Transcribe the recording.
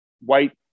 white